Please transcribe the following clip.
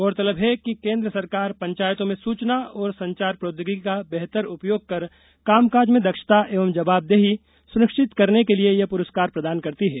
गौरतलब है कि केन्द्र सरकार पंचायतों में सूचना और संचार प्रौद्योगिकी का बेहतर उपयोग कर काम काज में दक्षता एवं जवाबदेही सुनिश्चित करने के लिये ये पुरस्कार प्रदान करती है